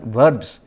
verbs